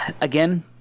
again